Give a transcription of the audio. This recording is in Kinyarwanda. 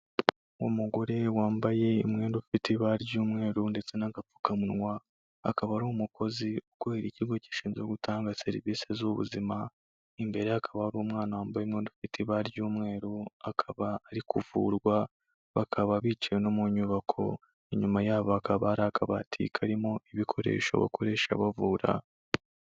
Umugore wambaye umwenda ufite ibara ry'umweru ndetse n'agapfukamunwa, akaba ari umukozi ukorera ikigo gishinzwe gutanga serivisi z'ubuzima, imbere hakaba hari umwana wambaye umwenda ufite ibara ry'umweru, akaba ari kuvurwa, bakaba biciwe no mu nyubako, inyuma yabo hakaba hari akabati karimo ibikoresho bakoresha bavura.